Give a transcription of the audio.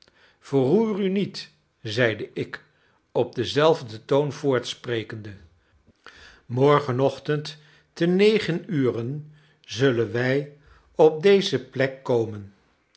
verroer u niet zeide ik op denzelfden toon voortsprekende morgenochtend te negen uren zullen wij op deze zelfde plek komen